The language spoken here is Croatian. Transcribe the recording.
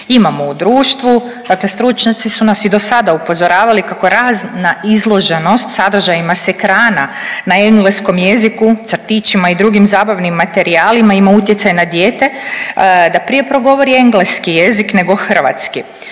imamo u društvu, dakle stručnjaci su nas i do sada upozoravali kako razna izloženost sadržajima s ekrana na engleskom jeziku, crtićima i drugim zabavnim materijalima ima utjecaj na dijete, da prije progovori engleski jezik nego hrvatski.